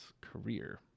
career